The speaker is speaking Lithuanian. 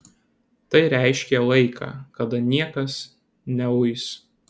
tai reiškė laiką kada niekas neuis